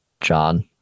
John